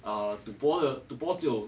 err 赌博只有